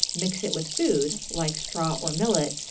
mix it with food like straw or millet,